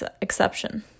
exception